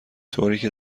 طوریکه